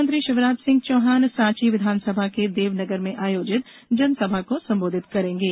मुख्यमंत्री शिवराज सिंह चौहान सांची विधानसभा के देवनगर में आयोजित जनसभा को संबोधित करेंगे